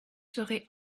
serez